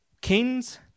Kings